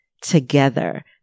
together